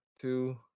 two